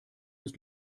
ist